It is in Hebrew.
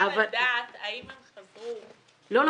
לדעת האם הם חזרו בגלל החוק הזה --- לא,